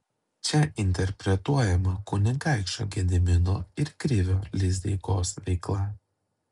čia interpretuojama kunigaikščio gedimino ir krivio lizdeikos veikla